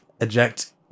Eject